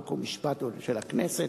חוק ומשפט של הכנסת.